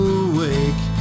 awake